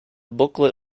booklet